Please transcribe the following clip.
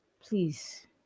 Please